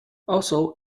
also